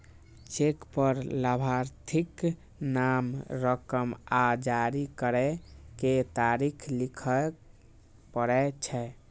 cheque पर लाभार्थीक नाम, रकम आ जारी करै के तारीख लिखय पड़ै छै